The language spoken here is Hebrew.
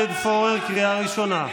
חבר הכנסת עודד פורר, קריאה ראשונה.